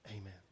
Amen